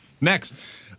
Next